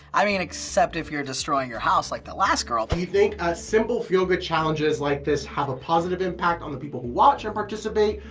i mean, except if you're destroying your house like the last girl. do you think ah simple, feel-good challenges like this have a positive impact on the people who watch or participate,